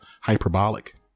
hyperbolic